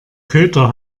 köter